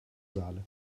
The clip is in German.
saale